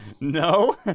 no